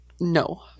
No